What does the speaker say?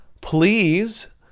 please